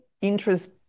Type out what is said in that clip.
interest